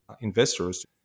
investors